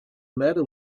matter